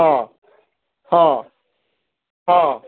ହଁ ହଁ ହଁ